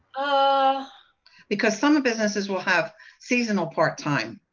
ah because some businesses will have seasonal part-time.